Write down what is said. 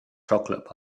chocolate